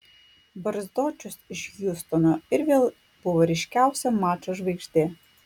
barzdočius iš hjustono ir vėl buvo ryškiausia mačo žvaigždė